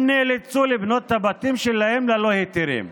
הם נאלצו לבנות את הבתים שלהם ללא היתרים.